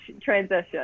transition